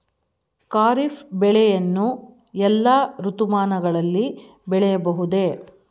ಖಾರಿಫ್ ಬೆಳೆಯನ್ನು ಎಲ್ಲಾ ಋತುಮಾನಗಳಲ್ಲಿ ಬೆಳೆಯಬಹುದೇ?